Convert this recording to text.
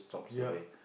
yep